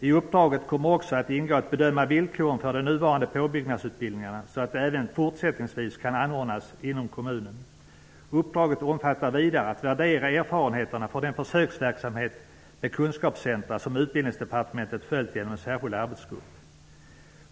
I uppdraget kommer också att ingå att bedöma villkoren för de nuvarande påbyggnadsutbildningarna så att de även fortsättningsvis kan anordnas inom kommunen. Uppdraget omfattar vidare att värdera erfarenheterna från den försöksverksamhet med kunskapscentra som Utbildningsdepartementet följt genom en särskild arbetsgrupp.